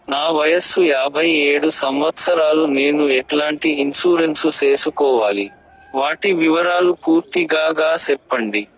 నా వయస్సు యాభై ఏడు సంవత్సరాలు నేను ఎట్లాంటి ఇన్సూరెన్సు సేసుకోవాలి? వాటి వివరాలు పూర్తి గా సెప్పండి?